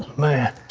man.